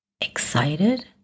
excited